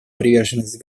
приверженность